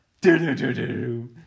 Do-do-do-do